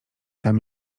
tam